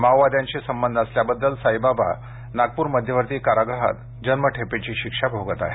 माओवाद्यांशी संबंध असल्याबद्दल साईबाबा नागपूर मध्यवर्ती कारागृहात जन्मठेपेची शिक्षा भोगत आहेत